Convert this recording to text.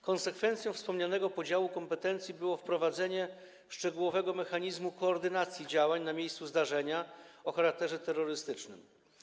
Konsekwencją wspomnianego podziału kompetencji było wprowadzenie szczegółowego mechanizmu koordynacji działań na miejscu zdarzenia o charakterze terrorystycznym.